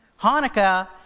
Hanukkah